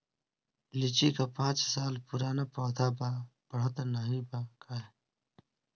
लीची क पांच साल पुराना पौधा बा बढ़त नाहीं बा काहे?